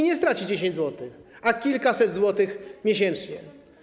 Nie straci 10 zł, a kilkaset złotych miesięcznie.